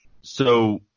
So-